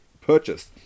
purchased